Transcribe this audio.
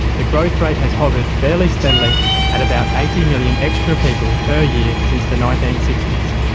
the growth rate has hovered fairly steadily at about eighty million extra people per year since the nineteen sixty s.